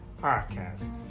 podcast